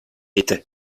étais